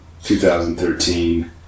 2013